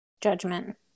judgment